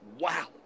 Wow